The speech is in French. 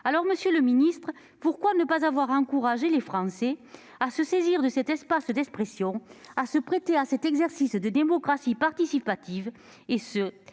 Alors, monsieur le secrétaire d'État, pourquoi ne pas avoir encouragé les Français à se saisir de cet espace d'expression, à se prêter à cet exercice de démocratie participative,